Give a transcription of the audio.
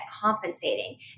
compensating